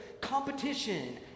competition